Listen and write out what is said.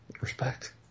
Respect